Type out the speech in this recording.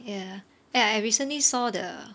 ya eh I recently saw the